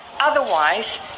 Otherwise